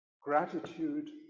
Gratitude